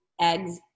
eggs